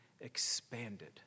expanded